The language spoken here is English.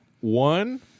One